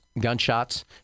gunshots